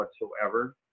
whatsoever